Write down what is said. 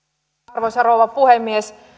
arvoisa rouva puhemies